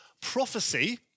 prophecy